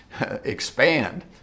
expand